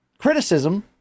criticism